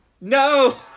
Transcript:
No